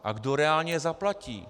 A kdo reálně je zaplatí?